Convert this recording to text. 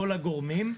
כל הגורמים.